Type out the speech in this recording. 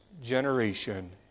generation